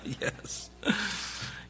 Yes